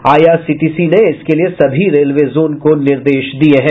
IRCTC ने इसके लिए सभी रेलवे जोन को निर्देश दिया है